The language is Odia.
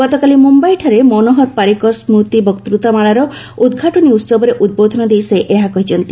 ଗତକାଲି ମୁମ୍ବାଇଠାରେ ମନୋହର ପାରିକର ସ୍କୁତି ବକ୍ତୃତାମାଳାର ଉଦ୍ଘାଟନୀ ଉହବରେ ଉଦ୍ବୋଧନ ଦେଇ ସେ ଏହା କହିଛନ୍ତି